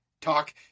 talk